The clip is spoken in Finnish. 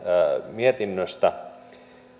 mietinnöstä